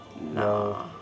No